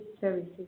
services